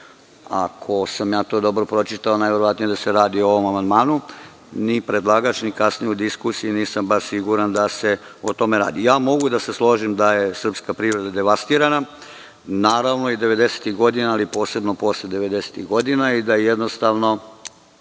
Ako sam to dobro pročitao, najverovatnije da se radi o ovom amandmanu. Ni predlagač, ni kasnije u diskusiji nisam baš siguran da se o tome radi. Mogu da se složim da je srpska privreda devastirana, naravno i 90-ih godina, ali posebno posle 90-ih godina i da je jednostavno